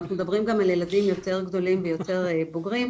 אנחנו מדברים גם על ילדים יותר גדולים ויותר בוגרים,